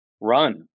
run